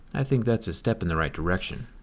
i think that's a step in the right direction.